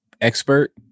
expert